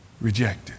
rejected